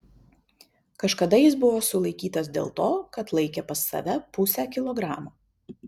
kažkada jis buvo sulaikytas dėl to kad laikė pas save pusę kilogramo